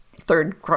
third